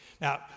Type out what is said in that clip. Now